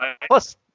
plus